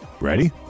Ready